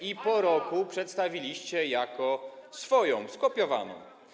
i po roku przedstawiliście jako swoją, skopiowaną.